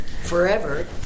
forever